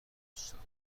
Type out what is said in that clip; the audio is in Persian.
مستقیم